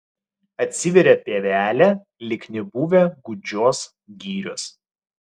atsiveria pievelė lyg nebuvę gūdžios girios